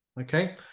okay